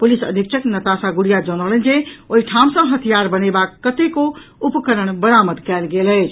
police अधीक्षक नताशा गुड़िया जनौलनि जे ओहि ठाम सँ हथियार बनेबाक कतेको उपकरण बरामद कयल गेल अछि